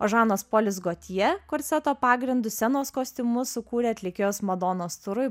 o žanas polis gotjė korseto pagrindu scenos kostiumus sukūrė atlikėjos madonos turui